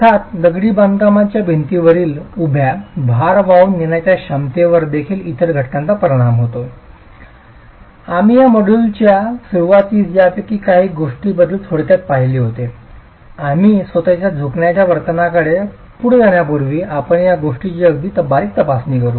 अर्थात दगडी बांधकामाच्या भिंतीवरील उभ्या भार वाहून नेण्याच्या क्षमतेवर देखील इतर घटकांचा परिणाम होतो आम्ही या मॉड्यूलच्या सुरूवातीस या पैकी काही गोष्टींबद्दल थोडक्यात पाहिले होते आणि स्वतः झुकण्याच्या वर्तनाकडे पुढे जाण्यापूर्वी आपण आज या गोष्टीची अगदी बारीक तपासणी करू